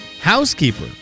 housekeeper